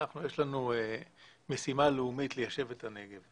יש לנו משימה לאומית ליישב את הנגב.